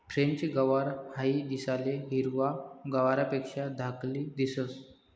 French गवार हाई दिसाले हिरवा गवारपेक्षा धाकली दिसंस